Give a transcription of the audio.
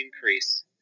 increase